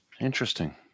Interesting